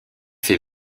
fait